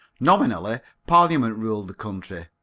nominally, parliament ruled the country,